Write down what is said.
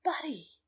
buddy